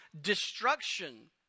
destruction